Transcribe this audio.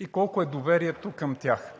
и колко е доверието към тях.